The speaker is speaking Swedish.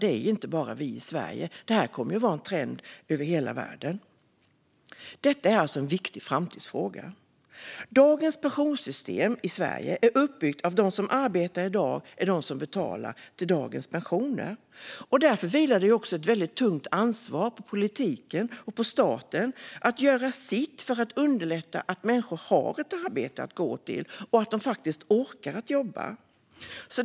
Det är inte bara vi i Sverige, utan detta kommer att vara en trend över hela världen. Detta är alltså en viktig framtidsfråga. Dagens pensionssystem i Sverige är uppbyggt så att de som arbetar i dag är de som betalar till dagens pensioner. Därför vilar också ett väldigt tungt ansvar på politiken och staten att göra sitt för att underlätta så att människor har ett arbete att gå till och att de faktiskt orkar jobba.